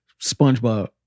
SpongeBob